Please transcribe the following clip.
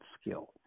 skill